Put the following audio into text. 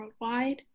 worldwide